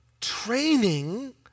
Training